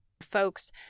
folks